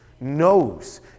knows